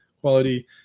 quality